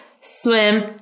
swim